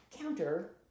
counter